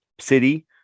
city